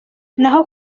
naho